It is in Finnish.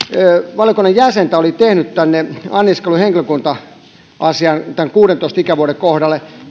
valiokunnan jäsentä oli tehnyt tänne anniskeluhenkilökunta asiaan tämän kuudentoista ikävuoden kohdalle